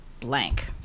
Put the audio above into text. blank